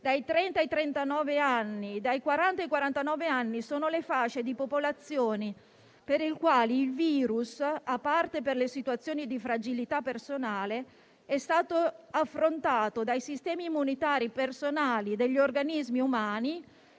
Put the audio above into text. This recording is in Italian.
dai 30 ai 39 anni e dai 40 ai 49 anni sono le fasce di popolazione per le quali il virus, a parte le situazioni di fragilità personale, è stato affrontato dai sistemi immunitari personali degli organismi umani